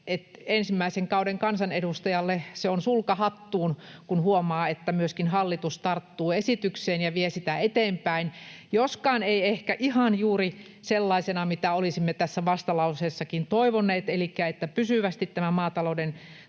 että ensimmäisen kauden kansanedustajalle se on sulka hattuun, kun huomaa, että myöskin hallitus tarttuu esitykseen ja vie sitä eteenpäin — joskaan ei ehkä ihan juuri sellaisena, mitä olisimme tässä vastalauseessakin toivoneet, elikkä niin että pysyvästi tämä maatalouden